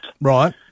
Right